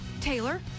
taylor